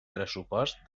pressupost